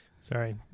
sorry